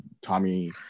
Tommy